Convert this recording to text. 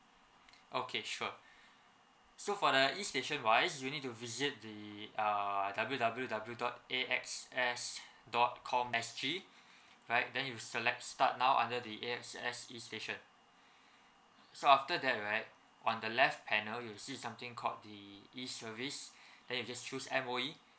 okay sure so for the E station wise you need to visit the err W W W dot A S X dot com S G right then you select start now under the A S X E station so after that right on the left panel you see something called the E service then just choose M_O_E